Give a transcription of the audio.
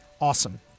Awesome